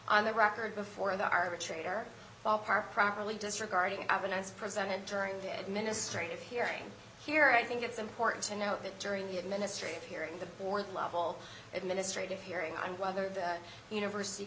record before the arbitrator are properly disregarding evidence presented during the administrative hearing here i think it's important to note that during the administrative hearing the board level administrative hearing on whether the university